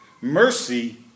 Mercy